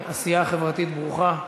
עשייה חברתית ברוכה,